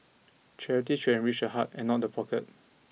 charity should enrich the heart and not the pocket